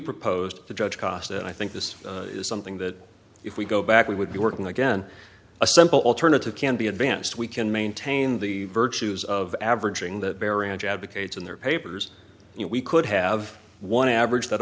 proposed the judge cost and i think this is something that if we go back we would be working again a simple alternative can be advanced we can maintain the virtues of averaging that baronage advocates in their papers we could have one average that